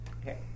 Okay